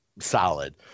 solid